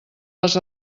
les